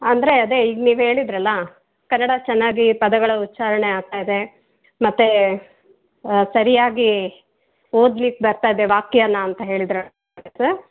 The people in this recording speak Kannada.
ಅಂದರೆ ಅದೇ ಈಗ ನೀವು ಹೇಳಿದ್ರಲ್ಲ ಕನ್ನಡ ಚೆನ್ನಾಗಿ ಪದಗಳ ಉಚ್ಚಾರಣೆ ಆಗ್ತಾಯಿದೆ ಮತ್ತು ಸರಿಯಾಗಿ ಓದ್ಲಿಕ್ಕೆ ಬರ್ತಾಯಿದೆ ವಾಕ್ಯನಾ ಅಂತ ಹೇಳಿದ್ರಿ ಸರ್